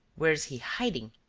where is he hiding?